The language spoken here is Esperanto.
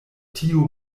tiu